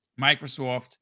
Microsoft